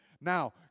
Now